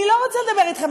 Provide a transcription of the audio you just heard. אני לא רוצה לדבר אתכם,